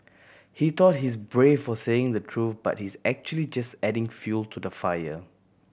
he thought he's brave for saying the truth but he's actually just adding fuel to the fire